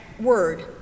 word